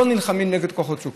לא נלחמים נגד כוחות שוק,